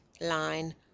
line